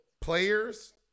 players